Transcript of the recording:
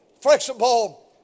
flexible